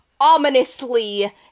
ominously